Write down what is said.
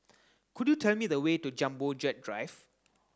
could you tell me the way to Jumbo Jet Drive